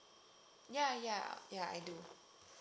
ya ya ya I do